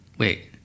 Wait